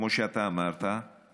כמו שאתה אמרת.